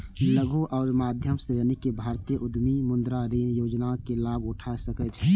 लघु आ मध्यम श्रेणीक भारतीय उद्यमी मुद्रा ऋण योजनाक लाभ उठा सकै छै